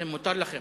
לכם, מותר לכם.